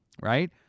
Right